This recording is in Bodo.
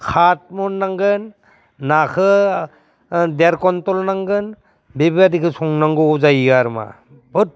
खात मन नांगोन नाखो देर कुइन्टेल नांगोन बेबायदिखो संनांगौ जायो आरो मा बहुद